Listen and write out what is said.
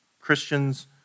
Christians